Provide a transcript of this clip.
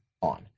on